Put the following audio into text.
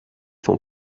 son